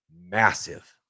massive